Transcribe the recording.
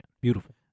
Beautiful